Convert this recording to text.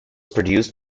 produced